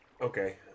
Okay